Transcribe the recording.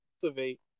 cultivate